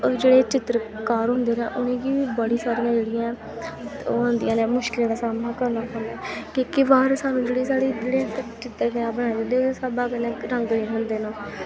और जेह्ड़े चित्तरकार होंदे न उ'नेंगी बी बड़ी सारियां जेह्ड़ियां ऐं ओह् औंदियां न मुश्कल दा सामना करना पौंदा ऐ केईं केईं बार सानूं जेह्ड़े साढ़े जेह्ड़ी चित्तरकला बनांदे ओह्दे स्हाबा कन्नै रंग निं थ्होंदे न